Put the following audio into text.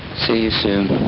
see you soon,